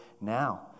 now